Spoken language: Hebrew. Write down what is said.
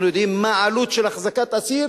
אנחנו יודעים מה העלות של אחזקת אסיר